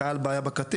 חייל מציין בעיה בכתף,